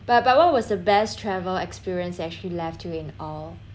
but but what was the best travel experience that actually left you in awe